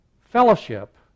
fellowship